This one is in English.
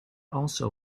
also